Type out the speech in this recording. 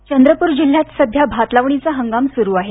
script Chandrapur जिल्ह्यात सध्या भात लावणीचा हंगाम सुरू आहे